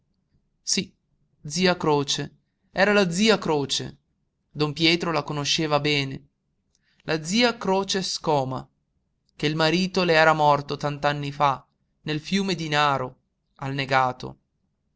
sí zia croce era la zia croce don pietro la conosceva bene la zia croce scoma che il marito le era morto tant'anni fa nel fiume di naro annegato